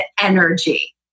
energy